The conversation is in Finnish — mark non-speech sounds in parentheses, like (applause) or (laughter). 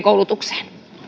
(unintelligible) koulutukseen